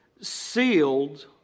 sealed